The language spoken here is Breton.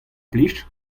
plij